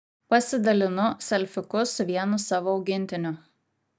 pasidalinu selfiuku su vienu savo augintiniu